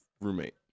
roommate